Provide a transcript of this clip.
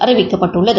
அறிவிக்கப்பட்டுள்ளது